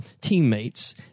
teammates